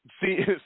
see